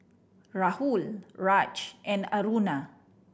Rahul Raj and Aruna